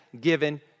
given